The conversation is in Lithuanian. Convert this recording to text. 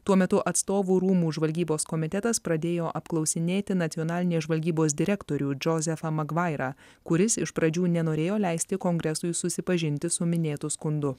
tuo metu atstovų rūmų žvalgybos komitetas pradėjo apklausinėti nacionalinės žvalgybos direktorių džozefą magvairą kuris iš pradžių nenorėjo leisti kongresui susipažinti su minėtu skundu